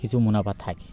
কিছু মুনাফা থাকে